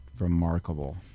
Remarkable